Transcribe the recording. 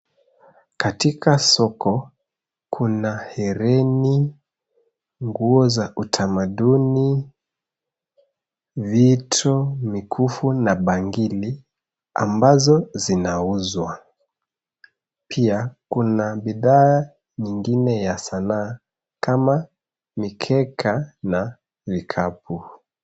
Katika soko, kuna hereni, nguo za utamaduni, vito , mikufu na bangili, ambazo huuzwa. Pia, kuna bidhaa nyingine ya sanaa kama mikeka na vikapu.